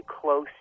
close